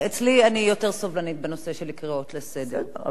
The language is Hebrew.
אצלי, אני יותר סובלנית בנושא של קריאות לסדר.